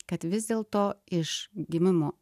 kad vis dėlto iš gimimo